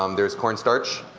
um there's cornstarch.